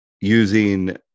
using